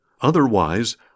Otherwise